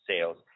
sales